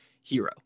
hero